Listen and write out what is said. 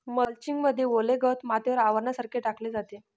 mulching मध्ये ओले गवत मातीवर आवरणासारखे टाकले जाते